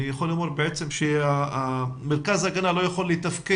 אני יכול לומר שמרכז ההגנה לא יכול לתפקד